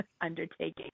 undertaking